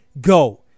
go